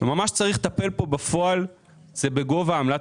ממש צריך לטפל כאן בפועל בגובה עמלת